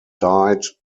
died